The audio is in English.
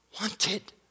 wanted